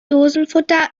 dosenfutter